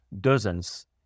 dozens